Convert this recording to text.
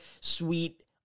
sweet